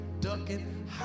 ducking